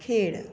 खेळ